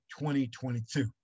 2022